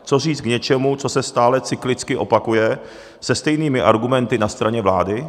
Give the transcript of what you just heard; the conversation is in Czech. Co říct k něčemu, co se stále cyklicky opakuje se stejnými argumenty na straně vlády?